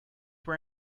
were